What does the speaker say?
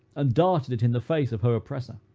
ah darted it in the face of her oppressor.